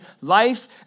life